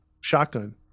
shotgun